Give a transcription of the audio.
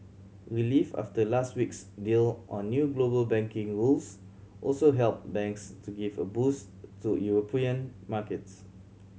relief after last week's deal on new global banking rules also helped banks to give a boost to European markets